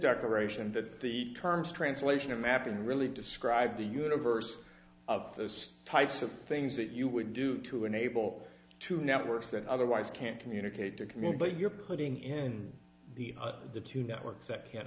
aeration that the terms translation and map and really describe the universe of those types of things that you would do to enable two networks that otherwise can't communicate to commute but you're putting in the two networks that can't